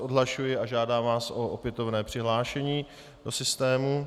Odhlašuji vás a žádám vás o opětovné přihlášení do systému.